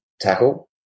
tackle